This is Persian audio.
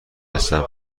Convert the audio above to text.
هستم